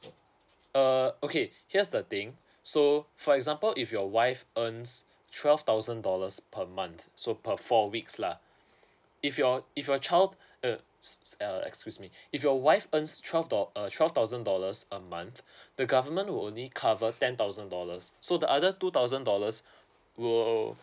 err okay here's the thing so for example if your wife earns twelve thousand dollars per month so per four weeks lah if your if your child uh uh excuse me if your wife earns twelve doll uh twelve thousand dollars a month the government only cover ten thousand dollars so the other two thousand dollars will